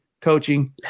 Coaching